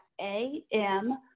A-M